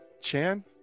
Chan